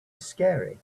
scary